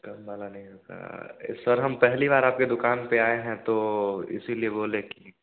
कम वाला नहीं है सर सर हम पहली बार आपके दुकान पर आए हैं तो इसीलिए बोल रहें कि